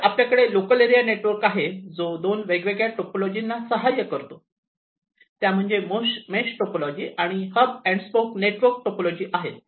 तर आपल्याकडे local area network आहे जो दोन वेगवेगळ्या टोपोलॉजी ला सहाय्य करतो त्या म्हणजे मेश टोपोलॉजीआणि hub and spoke network topology आहेत